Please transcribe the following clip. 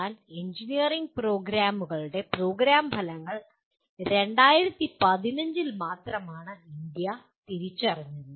എന്നാൽ എഞ്ചിനീയറിംഗ് പ്രോഗ്രാമുകളുടെ പ്രോഗ്രാം ഫലങ്ങൾ 2015 ൽ മാത്രമാണ് ഇന്ത്യ തിരിച്ചറിഞ്ഞത്